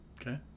Okay